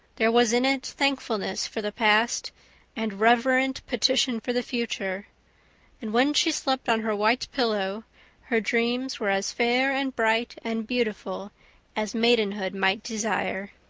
there was in it thankfulness for the past and reverent petition for the future and when she slept on her white pillow her dreams were as fair and bright and beautiful as maidenhood might desire.